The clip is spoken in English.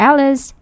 Alice